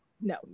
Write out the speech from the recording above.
no